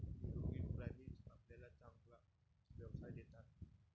निरोगी प्राणीच आपल्याला चांगला व्यवसाय देतात